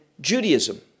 Judaism